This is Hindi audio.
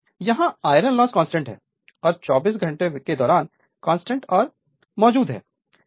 Refer Slide Time 2334 यहां आयरन लॉस कांस्टेंट है और 24 घंटों के दौरान कांस्टेंट और प्रेजेंट है